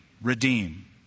redeem